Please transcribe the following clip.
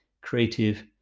creative